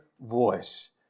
voice